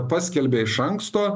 paskelbė iš anksto